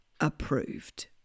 approved